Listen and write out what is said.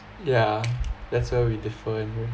yeah that's where we differ